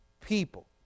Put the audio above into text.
people